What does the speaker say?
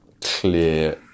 clear